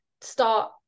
start